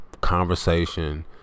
Conversation